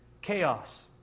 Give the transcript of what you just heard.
chaos